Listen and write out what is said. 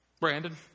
Brandon